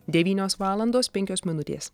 devynios valandos penkios minutės